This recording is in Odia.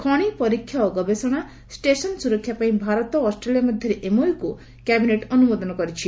ଖଣି ପରୀକ୍ଷା ଓ ଗବେଷଣା ଷ୍ଟେସନ ସୁରକ୍ଷା ପାଇଁ ଭାରତ ଓ ଅଷ୍ଟ୍ରେଲିଆ ମଧ୍ୟରେ ଏମଓୟୁ କୁ କ୍ୟାବିନେଟ ଅନୁମୋଦନ କରିଛି